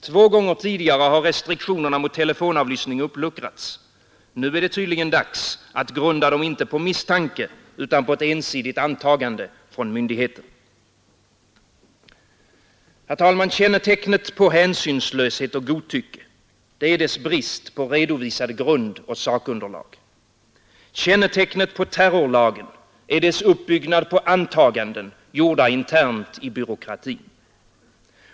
Två gånger tidigare har restriktionerna mot telefonavlyssning uppluckrats. Nu är det tydligen dags att grunda dem inte på misstanke utan på ett ensidigt antagande från myndigheten. Herr talman! Kännetecknet på hänsynslöshet och godtycke är dess brist på redovisad grund och sakunderlag. Kännetecknet på terrorlagen är dess uppbyggnad på antaganden, gjorda internt i byråkratin.